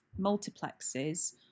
multiplexes